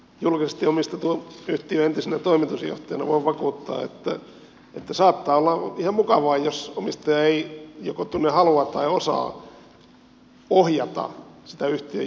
julkisesti omistetun yhtiön entisenä toimitusjohtajana voin vakuuttaa että saattaa olla ihan mukavaa jos omistaja ei joko tunne halua tai osaa ohjata sitä yhtiön johtoa